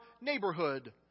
neighborhood